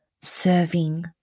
serving